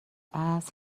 الاصل